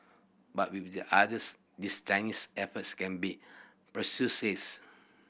but with the others these Chinese efforts can be